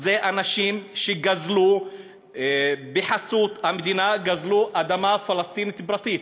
זה אנשים שבחסות המדינה גזלו אדמה פלסטינית פרטית.